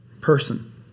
person